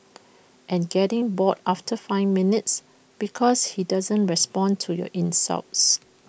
and getting bored after five minutes because he doesn't respond to your insults